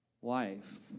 wife